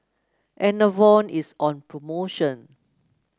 enervon is on promotion